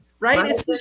Right